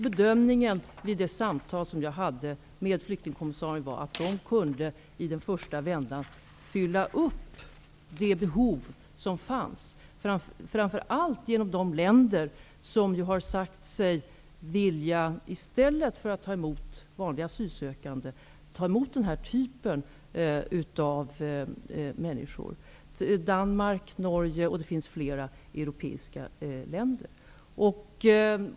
Bedömningen vid det samtal som jag hade med flyktingkommissarien var att behovet kunde täckas i den första omgången, framför allt genom de länder -- Danmark, Norge och flera andra europeiska länder -- som har sagt sig vilja ta emot den här typen av männsikor i stället för vanliga asylsökande.